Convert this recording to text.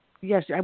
Yes